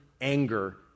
anger